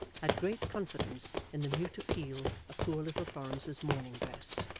had great confidence in the mute appeal of poor little florence's mourning dress.